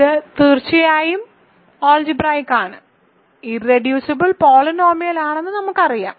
ഇത് തീർച്ചയായും ആൾജിബ്രായിക്ക് ആണ് ഇർറെഡ്യൂസിബിൾ പോളിനോമിയൽ ആണെന്ന് നമുക്കറിയാം